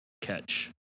catch